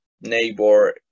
neighbor